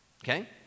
Okay